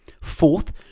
Fourth